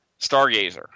Stargazer